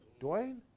Dwayne